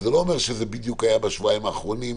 שזה לא אומר שזה בדיוק היה בשבועיים האחרונים.